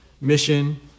mission